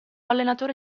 allenatore